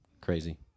Crazy